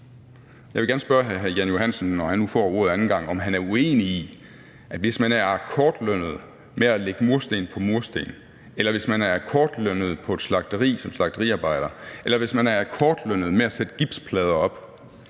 Jeg vil gerne spørge hr. Jan Johansen, når han nu får ordet anden gang, om han er uenig i, at hvis man er akkordlønnet med at lægge mursten på mursten, eller hvis man er akkordlønnet på et slagteri som slagteriarbejder, eller hvis man er akkordlønnet med at sætte gipsplader op,